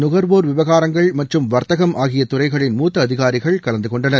நுகர்வோர் விவகாரங்கள் மற்றும் வர்த்தகம் ஆகிய துறைகளின் மூத்த அதிகாரிகள் கலந்து கொண்டனர்